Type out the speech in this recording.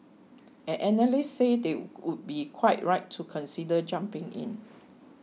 and analysts say they would be quite right to consider jumping in